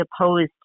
opposed